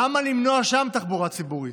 למה למנוע שם תחבורה ציבורית?